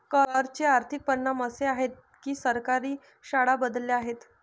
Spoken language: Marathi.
कर चे आर्थिक परिणाम असे आहेत की सरकारी शाळा बदलल्या आहेत